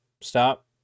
Stop